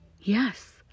Yes